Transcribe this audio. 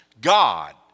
God